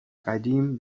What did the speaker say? قدیم